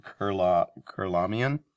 Kurlamian